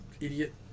idiot